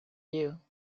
you